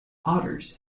otters